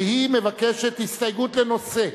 שמבקשת הסתייגות לנושא.